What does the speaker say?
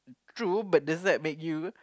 true does it like make you